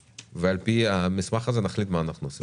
ועל פי המסמך הזה נחליט מה אנחנו עושים.